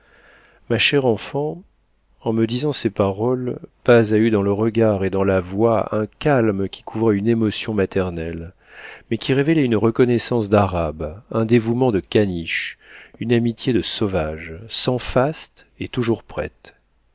ma chère enfant en me disant ces paroles paz a eu dans le regard et dans la voix un calme qui couvrait une émotion maternelle mais qui révélait une reconnaissance d'arabe un dévouement de caniche une amitié de sauvage sans faste et toujours prête